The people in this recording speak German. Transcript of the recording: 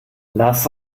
lass